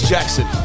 Jackson